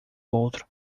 outro